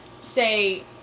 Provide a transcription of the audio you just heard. say